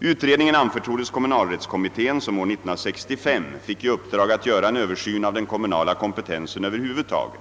Utredningen anförtroddes kommunalrättskommittén som år 1965 fick i uppdrag att göra en översyn av den kommunala kompetensen över huvud taget.